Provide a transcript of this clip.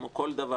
כמו כל דבר,